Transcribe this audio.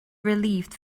relieved